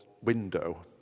window